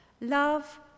love